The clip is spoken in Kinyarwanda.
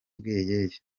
bweyeye